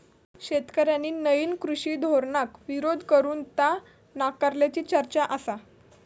शेतकऱ्यांनी नईन कृषी धोरणाक विरोध करून ता नाकारल्याची चर्चा आसा